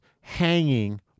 hanging